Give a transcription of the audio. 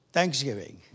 Thanksgiving